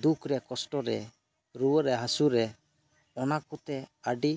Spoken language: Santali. ᱫᱩᱠ ᱨᱮ ᱠᱚᱥᱴᱚ ᱨᱮ ᱨᱩᱭᱟᱹ ᱨᱮ ᱦᱟᱹᱥᱩᱨᱮ ᱚᱱᱟ ᱠᱚᱛᱮ ᱟᱹᱰᱤ